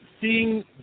seeing